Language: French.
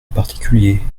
particulier